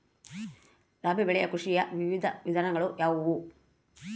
ರಾಬಿ ಬೆಳೆ ಕೃಷಿಯ ವಿವಿಧ ವಿಧಗಳು ಯಾವುವು?